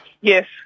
Yes